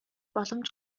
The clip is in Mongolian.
боломж